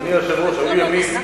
אדוני היושב-ראש, היו ימים